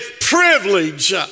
privilege